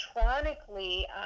electronically